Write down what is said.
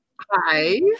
hi